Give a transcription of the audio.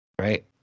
Right